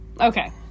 Okay